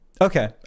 Okay